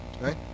Right